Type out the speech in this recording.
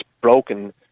broken